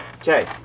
Okay